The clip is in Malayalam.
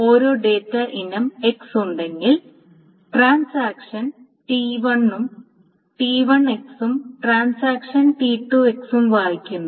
ഓരോ ഡാറ്റ ഇനത്തിനും x ഒരു ഡാറ്റ ഇനം x ഉണ്ടെങ്കിൽ ട്രാൻസാക്ഷൻ T1 x ഉം ട്രാൻസാക്ഷൻ T2 x ഉം വായിക്കുന്നു